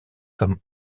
comme